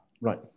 Right